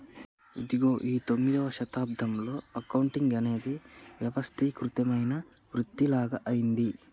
ఇగో ఈ పందొమ్మిదవ శతాబ్దంలో అకౌంటింగ్ అనేది వ్యవస్థీకృతమైన వృతిలాగ అయ్యింది